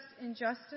injustice